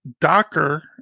Docker